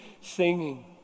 singing